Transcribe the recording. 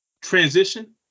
Transition